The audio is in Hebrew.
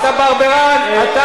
זה הרמה שלך, תתבייש לך.